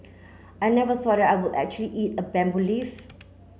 I never thought I would actually eat a bamboo leaf